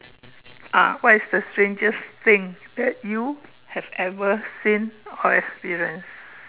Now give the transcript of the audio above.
ah what is strangest thing that you have ever seen or experience